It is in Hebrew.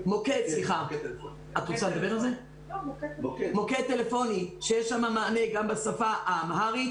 סליחה, מוקד טלפוני שיש לו מענה גם בשפה האמהרית.